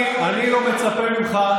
אני לא מצפה ממך,